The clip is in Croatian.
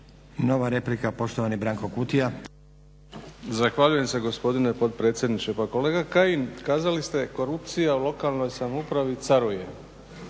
Nova replika, poštovani Branko Kutija. **Kutija, Branko (HDZ)** Zahvaljujem se gospodine potpredsjedniče. Pa kolega Kajin, kazali ste korupcija u lokalnoj samoupravi caruje.